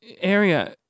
area